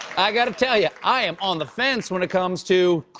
i gotta tell you, i am on the fence when it comes to.